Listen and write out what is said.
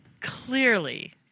clearly